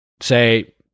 say